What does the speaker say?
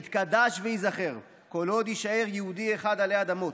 יתקדש וייזכר כל עוד יישאר יהודי אחד עלי אדמות.